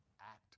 Act